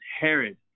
Herod